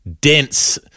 dense